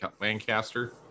lancaster